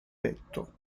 petto